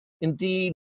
Indeed